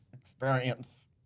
experience